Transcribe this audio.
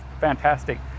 fantastic